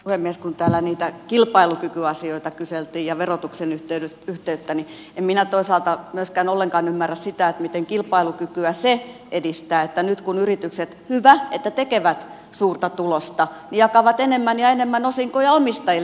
kun täällä niitä kilpailukykyasioita kyseltiin ja verotuksen yhteyttä niin en minä toisaalta myöskään ollenkaan ymmärrä sitä miten se edistää kilpailukykyä että nyt yritykset hyvä että tekevät suurta tulosta jakavat enemmän ja enemmän osinkoja omistajille